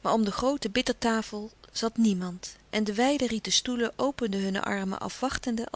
maar om de groote bittertafel zat niemand en de wijde rieten stoelen openden hunne armen afwachtende